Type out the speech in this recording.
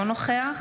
אינו נוכח